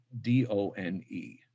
D-O-N-E